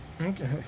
Okay